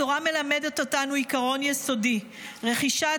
התורה מלמדת אותנו עקרון יסודי: רכישת